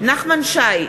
נחמן שי,